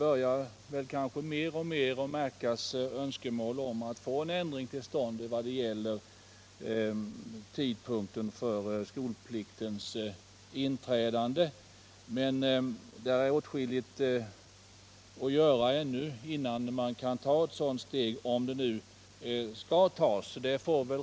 Önskemålet om att få till stånd en ändring av tidpunkten för skolpliktens inträdande börjar nog märkas alltmer, men det återstår mycket att göra, innan man kan ta ett sådant steg — om det nu skall tas.